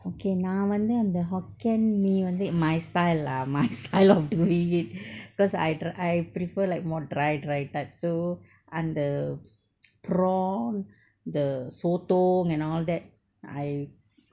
okay நாவந்து அந்த:naavandthu andtha hokkien mee வந்து:vandthu my style lah my style of doing it because I try~ I prefer like more dry dry type so I'm the prawn the sotong and all that I